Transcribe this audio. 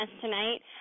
tonight